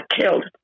killed